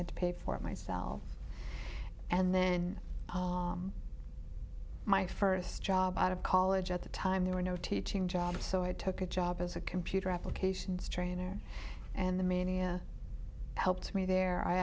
had to pay for it myself and then all my first job out of college at the time there were no teaching jobs so i took a job as a computer applications trainer and the mania helped me there i